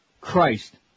Christ